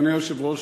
אדוני היושב-ראש,